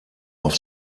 auf